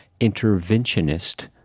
interventionist